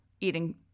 eating